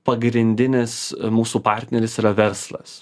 pagrindinis mūsų partneris yra verslas